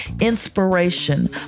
inspiration